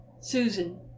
Susan